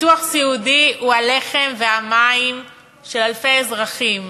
ביטוח סיעודי הוא הלחם והמים של אלפי אזרחים,